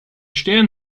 stern